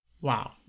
Wow